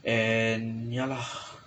and ya lah